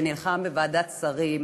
בוועדת שרים.